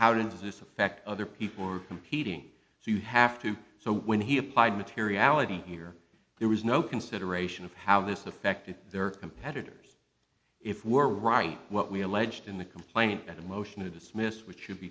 how does this affect other people or competing so you have to so when he applied materiality here there was no consideration of how this affected their competitors if we're right what we alleged in the complaint that a motion to dismiss which should